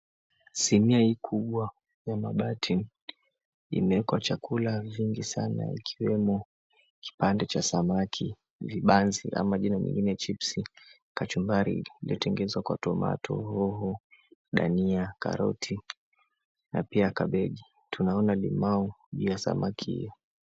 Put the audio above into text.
Sinia hii kubwa ya mabati imeweekwa chakula nyingi sana ikiwemo, kipande cha samaki, vibanzi ama jina jingine chips , kachumbari iliyo tengezwa kwa tomato , hoho, dania, karoti na pia kabeji na limau ya samaki hio.